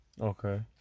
okay